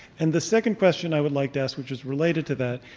and the second question i would like to ask, which is related to that,